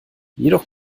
jedoch